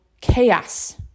chaos